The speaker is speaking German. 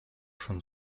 schon